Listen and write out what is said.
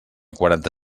quaranta